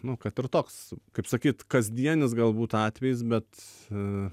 nu kad ir toks kaip sakyt kasdienis galbūt atvejis bet